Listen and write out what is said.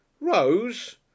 Rose